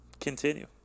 continue